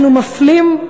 אנחנו מפלים,